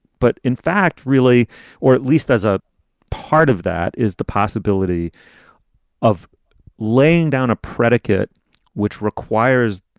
but in fact, really or at least as a part of that, is the possibility of laying down a predicate which requires